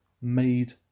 made